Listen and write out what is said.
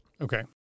Okay